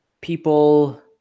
people